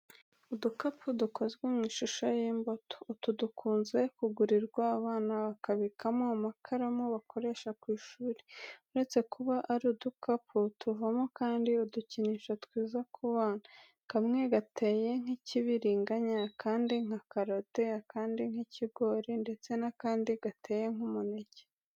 Udukapu dukozwe mu ishusho y'imbuto, utu dukunzwe kugurirwa abana bakabikamo amakaramu bakoresha ku ishuri. Uretse kuba ari udukapu, tuvamo kandi udukinisho twiza ku bana. Kamwe gateye nk'ikibiringanya, akandi nka karoti, akandi nk'ikigori ndetse n'akandi gateye nk'umuneke.